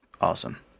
Awesome